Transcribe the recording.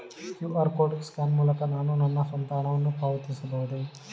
QR code scan ಮೂಲಕ ನಾನು ನನ್ನ ಸ್ವಂತ ಹಣವನ್ನು ಪಾವತಿಸಬಹುದೇ?